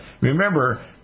Remember